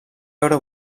veure